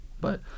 but-